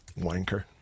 wanker